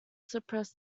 suppress